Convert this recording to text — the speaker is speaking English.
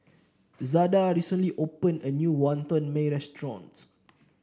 Zada recently opened a new Wantan Mee restaurant